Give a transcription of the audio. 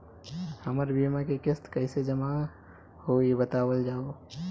हमर बीमा के किस्त कइसे जमा होई बतावल जाओ?